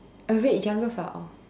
a red junglefowl